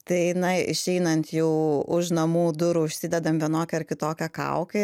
tai na išeinant jau už namų durų užsidedam vienokią ar kitokią kaukę